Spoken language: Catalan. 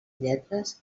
lletres